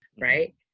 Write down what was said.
right